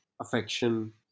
affection